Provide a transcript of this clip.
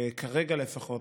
כרגע לפחות,